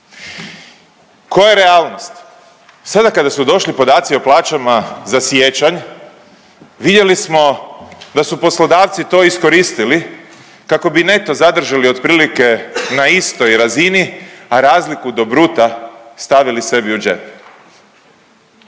Koja je realnost? Sada kada su došli podaci o plaćama za siječanj vidjeli smo da su poslodavci to iskoristili kako bi neto zadržali otprilike na istoj razini, a razliku do bruta stavili sebi u džep.